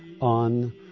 on